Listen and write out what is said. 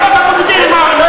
חוות הבודדים, אבל,